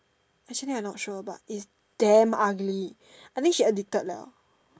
actually I not sure but it's damn ugly I think she addicted liao